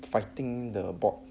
fighting the bot